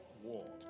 war